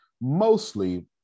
mostly